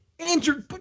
Andrew